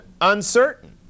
uncertain